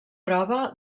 prova